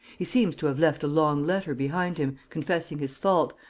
he seems to have left a long letter behind him, confessing his fault,